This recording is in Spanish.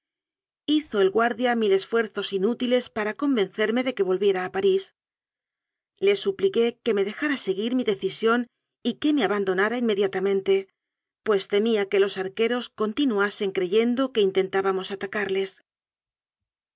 hizo el guardia mil esfuerzos inútiles para convencerme de que volviera a parís le supliqué que me dejara seguir mi decisión y que me abandonara inmediatamente pues temía que los arqueros continuasen creyendo que inten tábamos atacarles